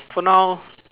for now